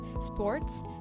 sports